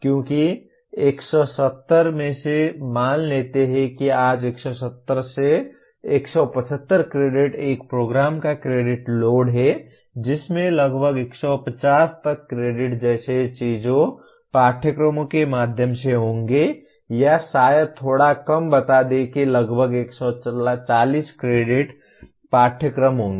क्योंकि 170 में से मान लेते हैं कि आज 170 से 175 क्रेडिट एक प्रोग्राम का क्रेडिट लोड है जिसमें लगभग 150 तक क्रेडिट जैसी चीजें पाठ्यक्रमों के माध्यम से होंगी या शायद थोड़ा कम बता दें कि लगभग 140 क्रेडिट पाठ्यक्रम होंगे